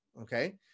Okay